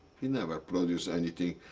we never produced anything.